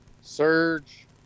Surge